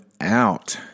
out